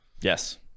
Yes